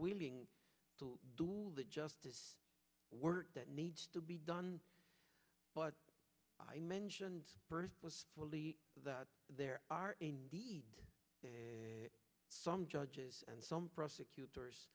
willing to do justice work that needs to be done but i mentioned first was fully that there are indeed some judges and some prosecutors